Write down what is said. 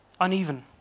Uneven